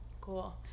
Cool